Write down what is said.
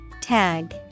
Tag